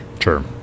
Sure